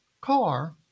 car